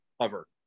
cover